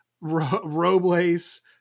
Robles